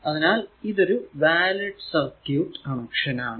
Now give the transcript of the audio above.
അതിനാൽ ഇത് ഒരു വാലിഡ് സർക്യൂട് കണക്ഷൻ ആണ്